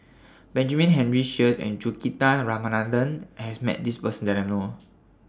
Benjamin Henry Sheares and Juthika Ramanathan has Met This Person that I know Or